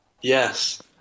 Yes